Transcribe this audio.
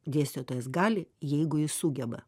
dėstytojas gali jeigu jis sugeba